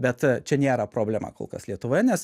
bet čia nėra problema kol kas lietuvoje nes